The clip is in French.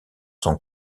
son